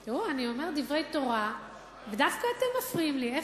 תראו, אני אומרת דברי תורה ודווקא אתם מפריעים לי.